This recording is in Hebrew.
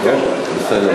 טוב, בסדר.